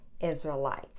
Israelites